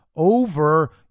over